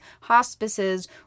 hospices